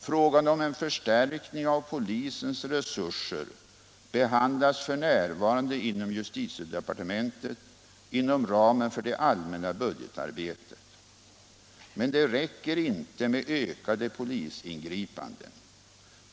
Frågan om en förstärkning av polisens resurser behandlas f. n. i justitiedepartementet inom ramen för det allmänna budgetarbetet. Men det räcker inte med ökade polisingripanden.